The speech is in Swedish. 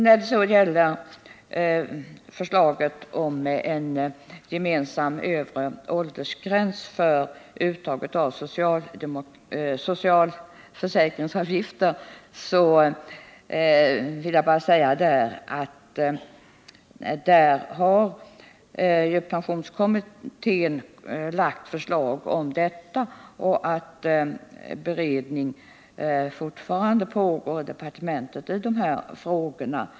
När det så gäller förslaget om en gemensam övre åldersgräns för uttag av socialförsäkringsavgifter har pensionskommittén lagt fram ett förslag, och beredning av de frågorna pågår fortfarande i departementet.